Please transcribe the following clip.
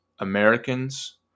Americans